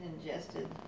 ingested